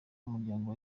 umuryango